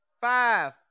Five